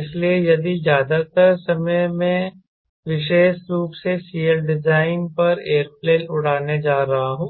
इसलिए यदि ज्यादातर समय मैं विशेष रूप से CLdesign पर एयरप्लेन उड़ाने जा रहा हूं